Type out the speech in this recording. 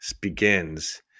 begins